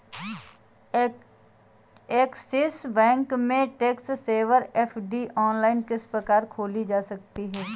Axis bank में tax saver FD online किस प्रकार खोली जा सकती है?